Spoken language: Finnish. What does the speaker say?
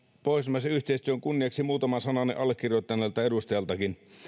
pohjoismaisen yhteistyön kunniaksi muutama sananen allekirjoittaneeltakin edustajalta